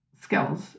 skills